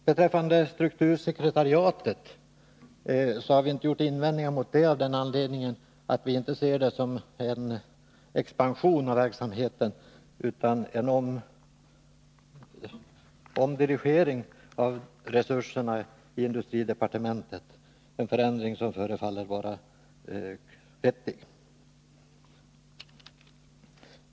Vi har inte gjort några invändningar mot struktursekretariatet, av den anledningen att vi inte ser det som en expansion av verksamheten, utan som en omdisponering av resurserna i industridepartementet, en förändring som förefaller vara vettig.